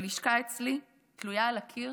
בלשכה אצלי תלויה על הקיר